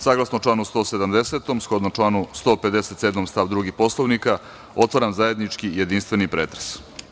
Saglasno članu 170, a shodno članu 157. stav 2. Poslovnika, otvaram zajednički jedinstveni pretres.